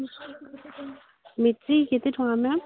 କେତେ ଟଙ୍କା ମ୍ୟାମ୍